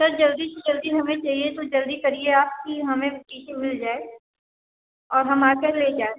sir जल्दी से जल्दी हमें चाहिए तो जल्दी करिए आप की हमें टी सी मिल जाए और हम आकर ले जाएँ